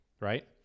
right